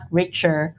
richer